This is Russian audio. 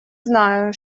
знаю